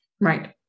Right